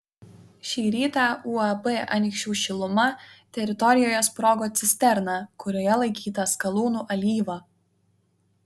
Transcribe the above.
šį rytą uab anykščių šiluma teritorijoje sprogo cisterna kurioje laikyta skalūnų alyva